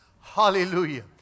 Hallelujah